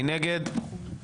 מי נגד?